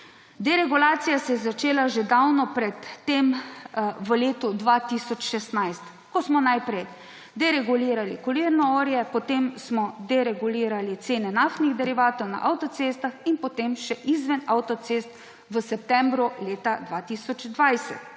deregulacija se je začela že davno pred tem, v letu 2016, ko smo najprej deregulirali kurilno olje, potem smo deregulirali cene naftnih derivatov na avtocestah in potem še izven avtocest v septembru leta 2020.